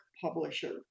publisher